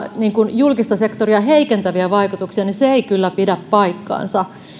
julkista sektoria heikentäviä vaikutuksia ei kyllä pidä paikkaansa